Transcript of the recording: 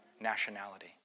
nationality